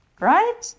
right